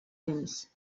dents